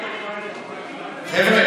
עכשיו,